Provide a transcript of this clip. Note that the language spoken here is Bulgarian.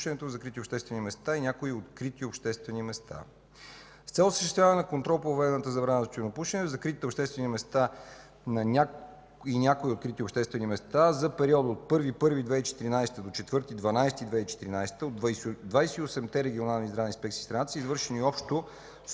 в закрити обществени места и в някои открити обществени места. С цел осъществяване на контрол по въведената забрана за тютюнопушене в закритите обществени места и на някои открити обществени места, за периода от 1 януари 2014 г. до 4 декември 2014 г. от 28-те регионални здравни инспекции в страната са извършени общо